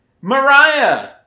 Mariah